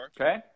Okay